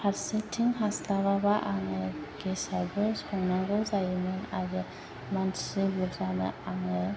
फारसेथिं हास्लाबाबा आङो गेसआवबो संनांगौ जायोमोन आरो मानसि बुरजानो आङो